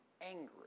angry